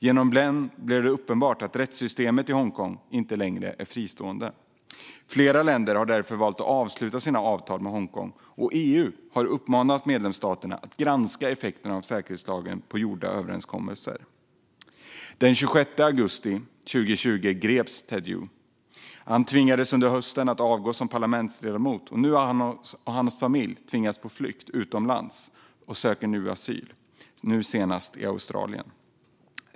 Genom den blev det uppenbart att rättssystemet i Hongkong inte längre är fristående. Flera länder har därför valt att avsluta sina avtal med Hongkong, och EU har uppmanat medlemsstaterna att granska säkerhetslagens effekter på gjorda överenskommelser. Den 26 augusti 2020 greps Ted Hui. Han tvingades under hösten att avgå som parlamentsledamot, och nu har hans familj tvingats på flykt utomlands. De söker nu asyl, senast i Australien.